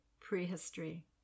prehistory